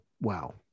wow